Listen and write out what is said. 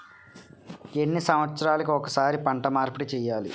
ఎన్ని సంవత్సరాలకి ఒక్కసారి పంట మార్పిడి చేయాలి?